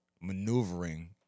maneuvering